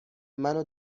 منو